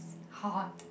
hard